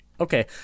okay